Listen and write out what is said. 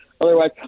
Otherwise